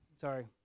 sorry